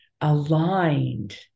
aligned